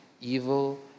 evil